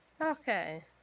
Okay